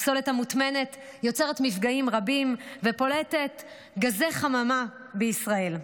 הפסולת המוטמנת יוצרת מפגעים רבים ופולטת גזי חממה בישראל.